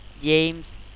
James